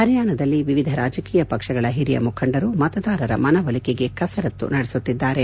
ಹರಿಯಾಣದಲ್ಲಿ ವಿವಿಧ ರಾಜಕೀಯ ಪಕ್ಷಗಳ ಹಿರಿಯ ಮುಖಂಡರು ಮತದಾರರ ಮನವೊಲಿಕೆಗೆ ಕಸರತ್ತು ನಡೆಸುತ್ತಿದ್ದಾರೆ